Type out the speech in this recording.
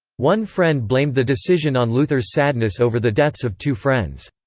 one friend blamed the decision on luther's sadness over the deaths of two friends.